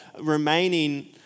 remaining